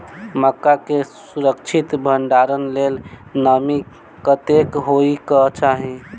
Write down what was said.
मक्का केँ सुरक्षित भण्डारण लेल नमी कतेक होइ कऽ चाहि?